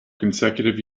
consecutive